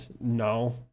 No